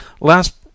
last